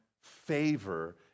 favor